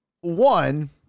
one